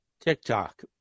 TikTok